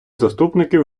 заступників